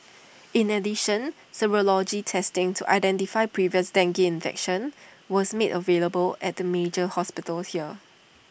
in addition serology testing to identify previous dengue infection was made available at the major hospitals here